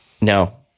No